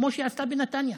כמו שעשתה בנתניה.